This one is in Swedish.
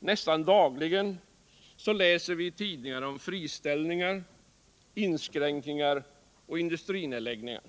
Nästan dagligen läser vi i tidningarna om friställningar, inskränkningar och industrinedläggningar.